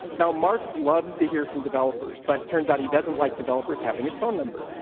now mark loves to hear from developers, but turns out he doesn't like developers having his phone number.